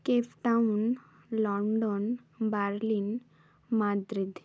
Cape Town London Berlin Madrid